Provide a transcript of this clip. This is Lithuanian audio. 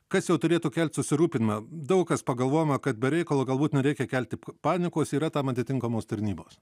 kas jau turėtų kelt susirūpinimą daug kas pagalvojome kad be reikalo galbūt nereikia kelti panikos yra tam atitinkamos tarnybos